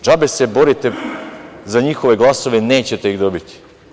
Džabe se borite za njihove glasove – nećete ih dobiti.